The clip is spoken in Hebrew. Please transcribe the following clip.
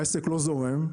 העסק לא זורם,